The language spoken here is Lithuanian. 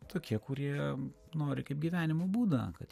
tokie kurie nori kaip gyvenimo būdą kad